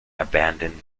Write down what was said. abandoned